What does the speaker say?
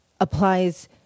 applies